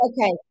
Okay